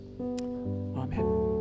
Amen